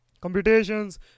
computations